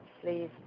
please